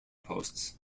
posts